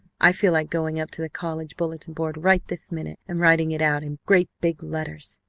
i feel like going up to the college bulletin board right this minute and writing it out in great big letters!